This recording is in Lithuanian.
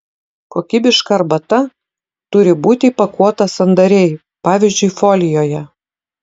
kokybiška arbata turi būti įpakuota sandariai pavyzdžiui folijoje